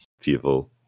people